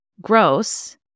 gross